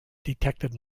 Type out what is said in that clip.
detected